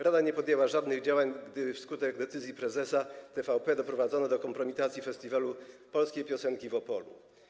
Rada nie podjęła żadnych działań, gdy wskutek decyzji prezesa TVP doprowadzono do kompromitacji festiwalu polskiej piosenki w Opolu.